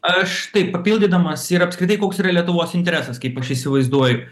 aš taip papildydamas ir apskritai koks yra lietuvos interesas kaip aš įsivaizduoju